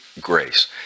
grace